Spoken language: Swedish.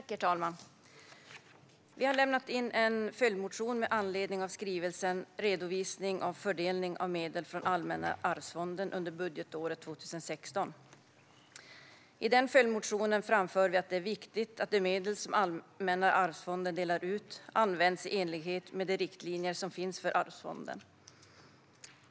Herr talman! Vi har lämnat in en följdmotion med anledning av skrivelsen Redovisning av fördelning av medel från Allmänna arvsfonden under budgetåret 2016 . I följdmotionen framför vi att det är viktigt att de medel som Allmänna arvsfonden delar ut används i enlighet med de riktlinjer som finns för arvsfonden.